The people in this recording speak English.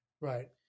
right